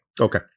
Okay